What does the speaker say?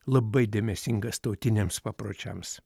labai dėmesingas tautiniams papročiams